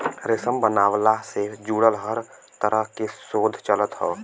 रेशम बनवला से जुड़ल हर तरह के शोध चलत हौ